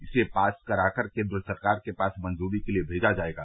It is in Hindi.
इसे पास कराकर केंद्र सरकार के पास मंजूरी के लिए मेजा जाएगा